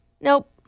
Nope